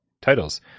titles